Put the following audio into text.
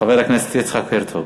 חבר הכנסת יצחק הרצוג.